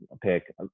pick